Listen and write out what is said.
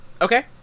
Okay